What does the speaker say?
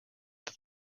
that